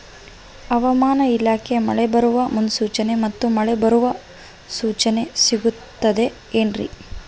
ಹವಮಾನ ಇಲಾಖೆ ಮಳೆ ಬರುವ ಮುನ್ಸೂಚನೆ ಮತ್ತು ಮಳೆ ಬರುವ ಸೂಚನೆ ಸಿಗುತ್ತದೆ ಏನ್ರಿ?